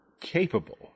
capable